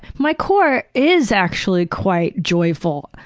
my core is actually quite joyful.